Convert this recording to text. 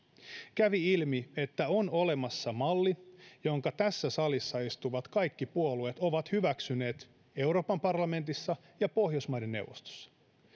kävi ilmi että on olemassa malli jonka tässä salissa istuvat kaikki puolueet ovat hyväksyneet euroopan parlamentissa ja pohjoismaiden neuvostossa